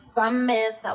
Promise